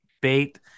bait